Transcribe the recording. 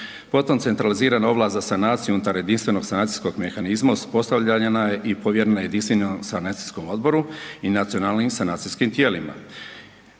Potom centralizirana ovlast za sanaciju unutar jedinstvenog sanacijskog mehanizma uspostavljena je i povjerena Jedinstvenom sanacijskom odboru i nacionalnim sanacijskim tijelima.